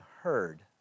heard